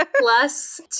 plus